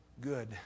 good